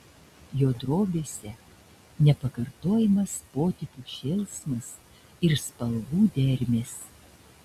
jo drobėse nepakartojamas potėpių šėlsmas ir spalvų dermės